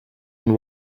and